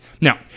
Now